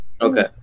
Okay